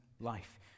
life